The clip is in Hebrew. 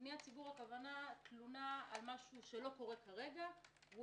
פניית ציבור הכוונה לתלונה על משהו שלא קורה כרגע והוא